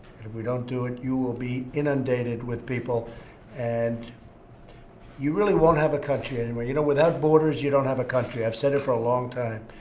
and if we don't do it, you will be inundated with people and you really won't have a country anymore. you know, without borders, you don't have a country. i've said it for a long time.